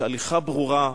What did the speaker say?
שהליכה ברורה,